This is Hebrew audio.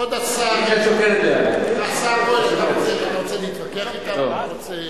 כבוד השר, אתה רוצה להתווכח אתה?